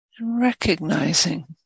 recognizing